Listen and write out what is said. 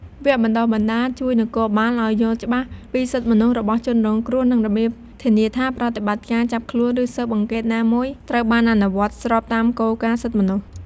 វគ្គបណ្តុះបណ្តាលជួយនគរបាលឱ្យយល់ច្បាស់ពីសិទ្ធិមនុស្សរបស់ជនរងគ្រោះ និងរបៀបធានាថាប្រតិបត្តិការចាប់ខ្លួនឬស៊ើបអង្កេតណាមួយត្រូវបានអនុវត្តស្របតាមគោលការណ៍សិទ្ធិមនុស្ស។